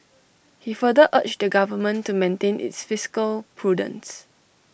he further urged the government to maintain its fiscal prudence